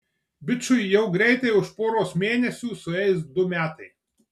bičui jau greitai už poros mėnesių sueis du metai